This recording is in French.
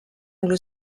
anglo